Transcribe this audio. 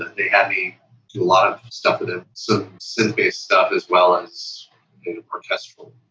they had me do a lot of stuff with them some scene-based stuff as well as orchestral.